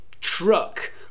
truck